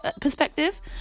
perspective